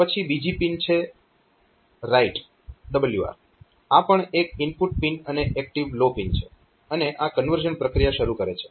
પછી બીજી પિન છે WR આ પણ એક ઇનપુટ પિન અને એક્ટિવ લો છે અને આ કન્વર્ઝન પ્રક્રિયા શરૂ કરે છે